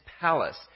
palace